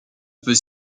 peut